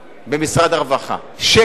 במשרד הרווחה, שקל